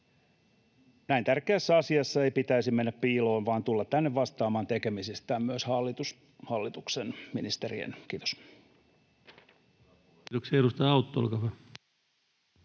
Näin tärkeässä asiassa ei pitäisi mennä piiloon vaan tulla tänne vastaamaan tekemisistään, myös hallituksen ministerien. — Kiitos. [Speech 179] Speaker: